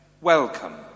welcome